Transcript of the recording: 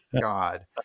God